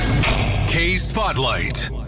K-Spotlight